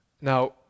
Now